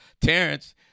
Terrence